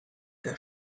der